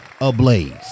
ablaze